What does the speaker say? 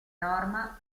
norma